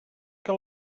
que